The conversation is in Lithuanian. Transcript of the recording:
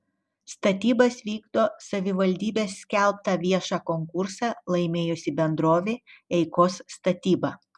statybas vykdo savivaldybės skelbtą viešą konkursą laimėjusi bendrovė eikos statyba